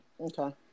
Okay